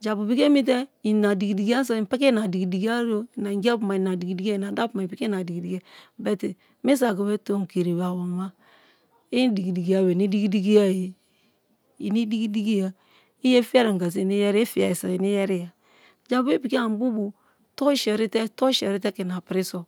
japu piki eni te i ina diki-dikia so i piki ina diki-diki aro ana ingiapuma i ina diki-dikie ina dapuma so i piki ina diki-dikie but misaki be tomi kiri be awomema i diki-dikia be-e ini diki-diki a ohh i idiki-dikiya iyefia nga so i iyeriya i fiye so ini yeriya japu i piki ani bubo tori seri te ke ina piriso.